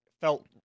felt